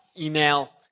email